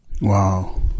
Wow